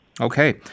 Okay